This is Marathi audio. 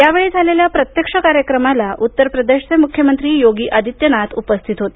या वेळी झालेल्या प्रत्यक्ष कार्यक्रमाला उत्तर प्रदेशाचे मुख्यमंत्री योगी आदित्यनाथ उपस्थित होते